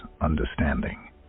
understanding